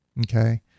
okay